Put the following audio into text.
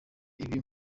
ibi